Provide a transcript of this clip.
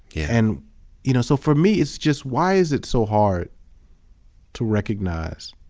yeah and you know, so for me it's just, why is it so hard to recognize